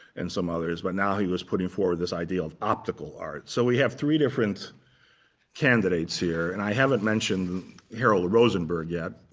and some others. but now he was putting forward this idea of optical art. so we have three different candidates here. and i haven't mentioned harold rosenberg yet,